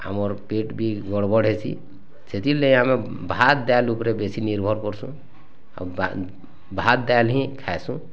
ଆମର ପେଟ୍ ବି ଗଡ଼ବଡ଼ ହେସି ସେଥିର୍ ଲାଗି ଆମେ ଭାତ୍ ଡାଲି ଉପରେ ବେଶା ନିର୍ଭର କର୍ସୁଁ ଆଉ ଭାତ୍ ଡାଲି ହିଁ ଖାସୁଁ